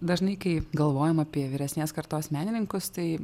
dažnai kai galvojam apie vyresnės kartos menininkus tai